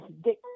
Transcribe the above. dick